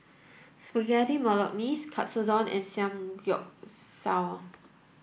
Spaghetti Bolognese Katsudon and Samgyeopsal